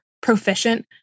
proficient